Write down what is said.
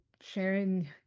sharing